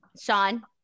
Sean